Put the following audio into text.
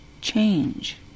change